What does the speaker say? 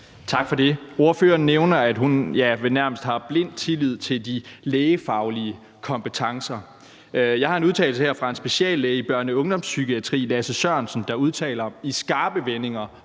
Tak for det. Ordføreren nævner, at hun vel nærmest har blind tillid til de lægefaglige kompetencer. Jeg har en udtalelse her fra en speciallæge i børne- og ungdomspsykiatri, Lasse Sørensen, der udtaler i skarpe vendinger